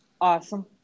awesome